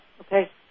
Okay